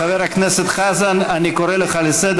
חבר הכנסת חזן, אני קורא אותך לסדר.